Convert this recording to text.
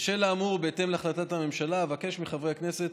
בשל האמור ובהתאם להחלטת הממשלה אבקש מחברי הכנסת